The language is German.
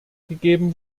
gegeben